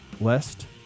lest